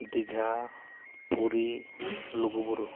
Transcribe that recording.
ᱫᱤᱜᱷᱟ ᱯᱩᱨᱤ ᱞᱩᱜᱩᱼᱵᱩᱨᱩ